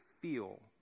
feel